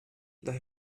that